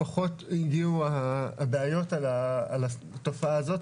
פחות הגיעו הבעיות על התופעה הזאת.